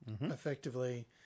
Effectively